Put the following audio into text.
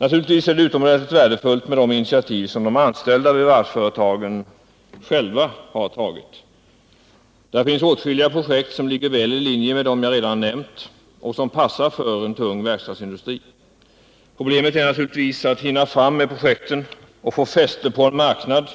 Naturligtvis är det utomordentligt värdefullt med de initiativ de anställda vid varvsföretagen själva tagit. Där finns åtskilliga projekt som ligger väl i linje med dem jag redan nämnt och som passar för tung verkstadsindustri. Problemet är naturligtvis att hinna fram med projekten och få fäste på en marknad